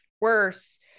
worse